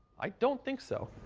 i don't think so.